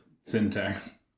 syntax